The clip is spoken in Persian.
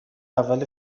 اول